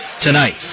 tonight